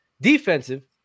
defensive